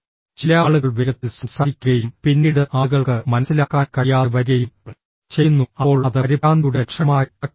ചില ആളുകൾ വേഗത്തിൽ സംസാരിക്കുകയും പിന്നീട് ആളുകൾക്ക് മനസിലാക്കാൻ കഴിയാതെ വരികയും ചെയ്യുന്നു അപ്പോൾ അത് പരിഭ്രാന്തിയുടെ ലക്ഷണമായി കണക്കാക്കപ്പെടുന്നു